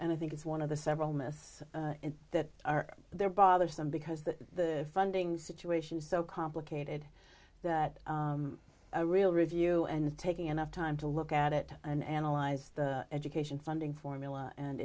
and i think it's one of the several myth that are there bothersome because the funding situation is so complicated that a real review and taking enough time to look at it and analyze the education funding formula and